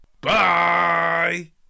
Bye